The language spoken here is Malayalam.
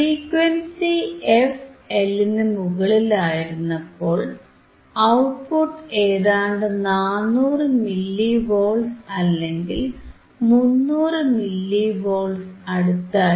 ഫ്രീക്വൻസി fL നു മുകളിലായിരുന്നപ്പോൾ ഔട്ട്പുട്ട് ഏതാണ്ട് 400 മില്ലി വോൾട്ട്സ് അല്ലെങ്കിൽ 300 മില്ലി വോൾട്ട്സിനു അടുത്തായിരുന്നു